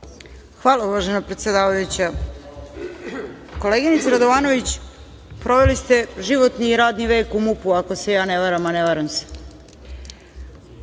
Hvala uvažena predsedavajuća. Koleginice Radovanović, proveli ste životni i radni vek u MUP, ako se ja ne varam, a ne varam se.